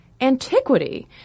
antiquity